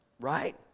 right